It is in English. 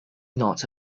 not